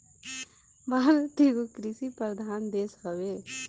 भारत एगो कृषि प्रधान देश हवे